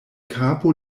kapo